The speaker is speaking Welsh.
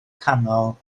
canol